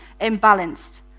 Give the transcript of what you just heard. imbalanced